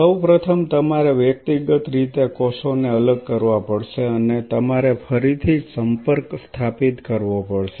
સૌ પ્રથમ તમારે વ્યક્તિગત રીતે કોષોને અલગ કરવા પડશે અને તમારે ફરીથી સંપર્ક સ્થાપિત કરવો પડશે